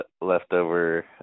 leftover